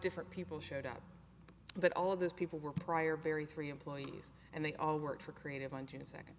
different people showed up but all of those people were prior very three employees and they all work for creative minds in a second